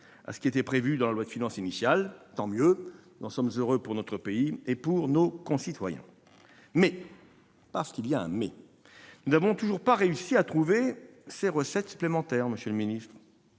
à ce qui était prévu dans la loi de finances initiale. Nous en sommes heureux pour notre pays et pour nos concitoyens, mais- parce qu'il y a un « mais » -nous n'avons toujours pas réussi à trouver ces recettes supplémentaires. Se